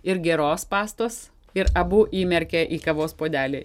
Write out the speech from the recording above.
ir geros pastos ir abu įmerkia į kavos puodelį